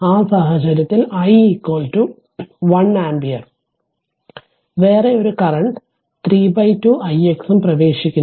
ആ സാഹചര്യത്തിൽ i 1 ampere വേറെ ഒരു കറന്റ് 32 ix ഉം പ്രവേശിക്കുന്നു